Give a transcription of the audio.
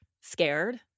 scared